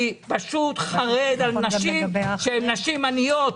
אני פשוט חרד לנשים שהן נשים עניות,